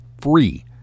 free